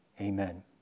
Amen